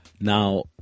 Now